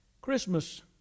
Christmas